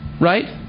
Right